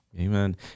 amen